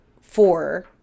four